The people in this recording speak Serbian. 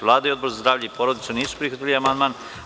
Vlada i Odbor za zdravlje i porodicu nisu prihvatili amandman.